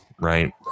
right